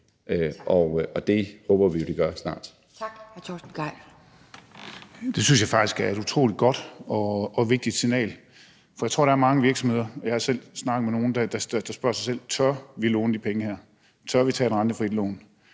Tak. Hr. Torsten Gejl. Kl. 11:37 Torsten Gejl (ALT): Det synes jeg faktisk er et utrolig godt og vigtigt signal, for jeg tror, at der er mange virksomheder – jeg har selv snakket med nogle – der spørger sig selv: Tør vi låne de her penge? Tør vi tage et rentefrit lån?